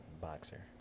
boxer